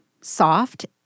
soft